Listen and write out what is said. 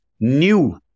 New